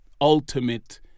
ultimate